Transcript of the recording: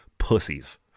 pussies